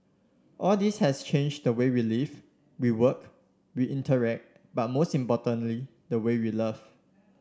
all this has changed the way we live we work we interact but most importantly the way we love